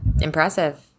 Impressive